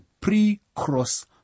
pre-cross